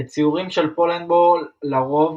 בציורים של פולנדבול לרוב,